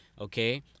okay